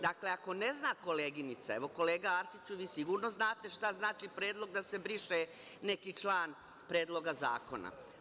Dakle, ako ne zna koleginica, evo, kolega Arsiću, vi sigurno znate šta znači predlog da se briše neki član predloga zakona.